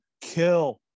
kill